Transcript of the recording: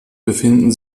befinden